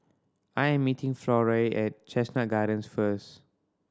I am meeting Florie at Chestnut Gardens first